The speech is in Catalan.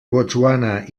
botswana